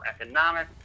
economic